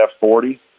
F40